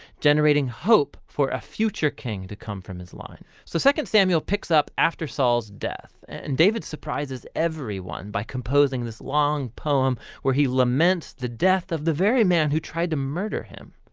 generating hope for a future king to come from his line. so second samuel picks up after saul's death and david surprises everyone by composing this long poem where he laments the death of the very man who tried to murder him.